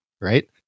right